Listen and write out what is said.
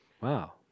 Wow